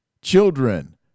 Children